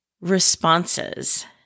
responses